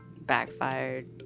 backfired